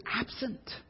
absent